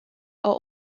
are